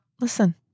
listen